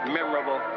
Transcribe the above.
Memorable